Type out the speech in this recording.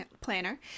planner